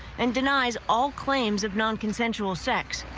and denies all claims of non consensual sex.